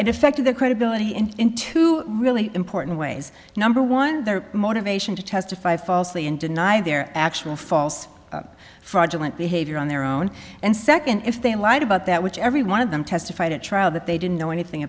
effect to the credibility and into really important ways number one their motivation to testify falsely and deny their actual false fraudulent behavior on their own and second if they lied about that which every one of them testified at trial that they didn't know anything